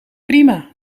prima